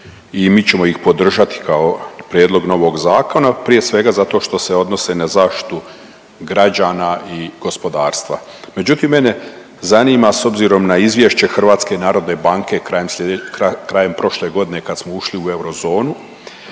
i mi ćemo ih podržati kao prijedlog novog zakona, prije svega zato što se odnose na zaštitu građana i gospodarstva. Međutim mene zanima s obzirom na izvješće HNB-a krajem prošle godine kad smo ušli u Eurozonu